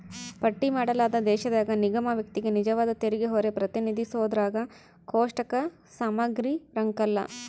ಪಟ್ಟಿ ಮಾಡಲಾದ ದೇಶದಾಗ ನಿಗಮ ವ್ಯಕ್ತಿಗೆ ನಿಜವಾದ ತೆರಿಗೆಹೊರೆ ಪ್ರತಿನಿಧಿಸೋದ್ರಾಗ ಕೋಷ್ಟಕ ಸಮಗ್ರಿರಂಕಲ್ಲ